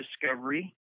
discovery